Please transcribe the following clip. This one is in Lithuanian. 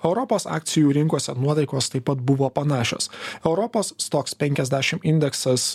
europos akcijų rinkose nuotaikos taip pat buvo panašios europos stoks penkiasdešim ideksas